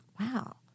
wow